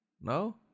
No